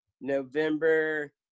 November